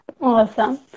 Awesome